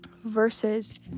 Versus